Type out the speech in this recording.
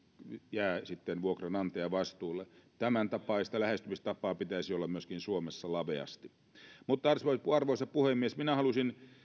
jää sitten vuokranantajan vastuulle tämäntapaista lähestymistapaa pitäisi olla myöskin suomessa laveasti arvoisa puhemies minä halusin